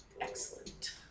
Excellent